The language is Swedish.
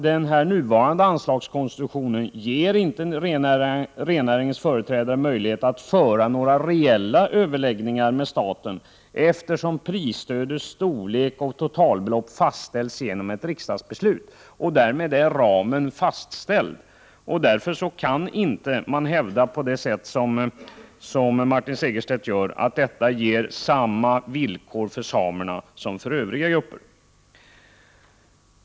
Den nuvarande anslagskonstruktionen ger inte rennäringens företrädare några reella möjligheter att föra överläggningar med staten, eftersom prisstödets storlek och totalbelopp fastställs genom ett riksdagsbeslut. Ramen är därmed fastställd, och man kan därför inte som Martin Segerstedt hävda att detta ger samma villkor för samerna som för övriga "grupper.